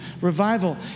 revival